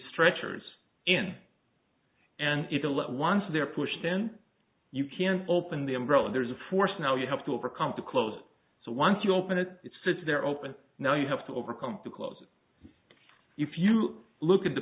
stretchers in and it a lot once they're pushed then you can open the umbrella there's a force now you have to overcome to close so once you open it it sits there open now you have to overcome because if you look at the